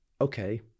okay